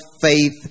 faith